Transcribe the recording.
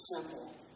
simple